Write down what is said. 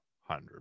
hundred